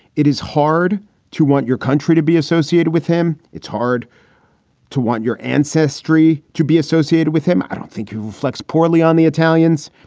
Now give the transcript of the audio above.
it is hard to want your country to be associated with him. it's hard to want your ancestry to be associated with him. i don't think it reflects poorly on the italians.